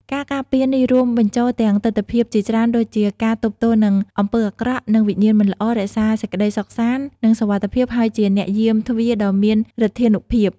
ការការពារនេះរួមបញ្ចូលទាំងទិដ្ឋភាពជាច្រើនដូចជា ការទប់ទល់នឹងអំពើអាក្រក់ និងវិញ្ញាណមិនល្អ រក្សាសេចក្តីសុខសាន្ត និងសុវត្ថិភាព ហើយជាអ្នកយាមទ្វារដ៏មានឫទ្ធានុភាព។